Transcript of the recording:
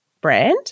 brand